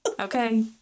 Okay